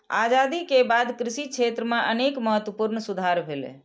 आजादी के बाद कृषि क्षेत्र मे अनेक महत्वपूर्ण सुधार भेलैए